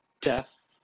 death